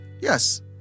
yes